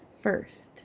first